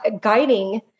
guiding